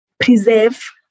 preserve